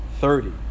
thirty